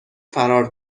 فرار